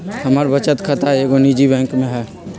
हमर बचत खता एगो निजी बैंक में हइ